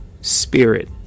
spirit